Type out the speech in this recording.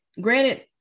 granted